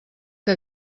que